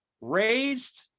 Raised